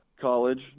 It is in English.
college